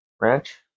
Ranch